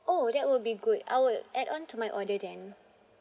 oh that would be good I would add on to my order then